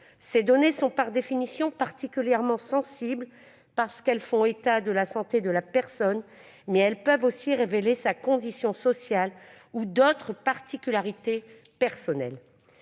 Elles sont par définition particulièrement sensibles, parce qu'elles concernent la santé de la personne, mais aussi parce qu'elles peuvent révéler sa condition sociale ou d'autres particularités personnelles.